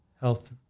health